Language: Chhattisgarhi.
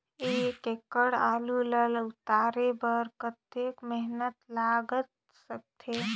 एक टेक्टर आलू ल उतारे बर कतेक मेहनती लाग सकथे?